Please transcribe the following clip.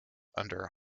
under